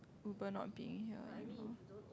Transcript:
Uber not being here anymore